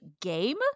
game